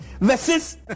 versus